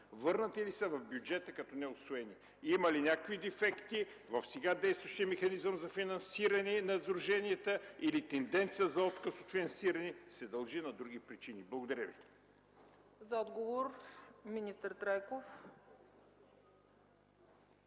Върнати ли са в бюджета като неусвоени? Има ли някакви дефекти в сега действащия механизъм за финансиране на сдруженията, или тенденцията за отказ от финансирането се дължи на други причини? Благодаря. ПРЕДСЕДАТЕЛ